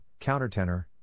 Countertenor